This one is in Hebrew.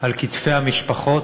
על כתפי המשפחות,